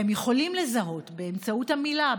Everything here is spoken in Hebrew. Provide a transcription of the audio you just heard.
והם יכולים לזהות באמצעות המילה,